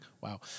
Wow